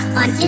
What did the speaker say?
on